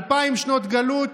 אלפיים שנות גלות?